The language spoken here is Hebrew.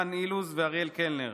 דן אילוז ואריאל קלנר,